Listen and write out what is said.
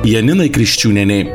janinai kriščiūnienei